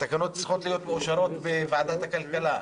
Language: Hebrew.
הן צריכות להיות מאושרות בוועדת הכלכלה.